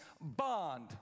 bond